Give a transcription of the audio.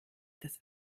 das